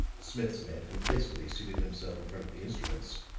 smith's man complacently seated himself in front of the instruments.